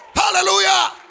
Hallelujah